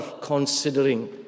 considering